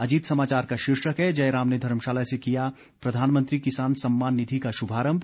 अजीत समाचार का शीर्षक है जयराम ने धर्मशाला से किया प्रधानमंत्री किसान सम्मान निधि का शुभारम्भ